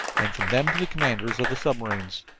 and from them to the commanders of the submarines.